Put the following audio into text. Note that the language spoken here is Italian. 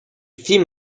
film